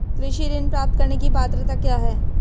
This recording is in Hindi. कृषि ऋण प्राप्त करने की पात्रता क्या है?